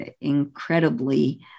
incredibly